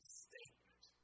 statement